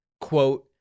quote